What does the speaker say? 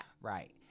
right